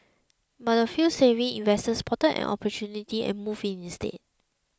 but a few savvy investors spotted an opportunity and moved in instead